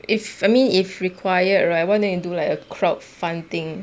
if I mean if required right why don't you do like a crowdfunding